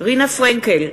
רינה פרנקל,